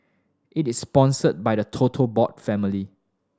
it is sponsored by the total board family